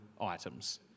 items